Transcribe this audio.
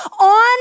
On